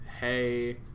hey